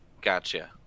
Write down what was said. Gotcha